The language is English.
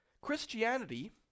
Christianity